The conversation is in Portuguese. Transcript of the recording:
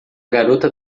garota